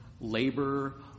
labor